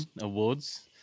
awards